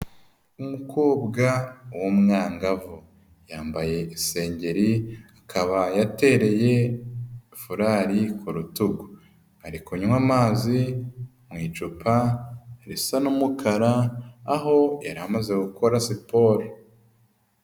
Umukobwa w'umwangavu, yambaye isengeri akaba yatereye furari ku rutugu, ari kunywa amazi mu icupa risa n'umukara aho yari amaze gukora siporo.